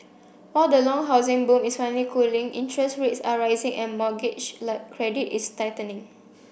while the long housing boom is finally cooling interest rates are rising and mortgage credit is tightening